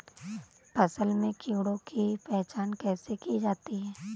फसल में कीड़ों की पहचान कैसे की जाती है?